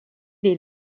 est